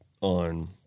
on